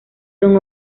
son